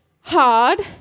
hard